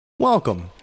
Welcome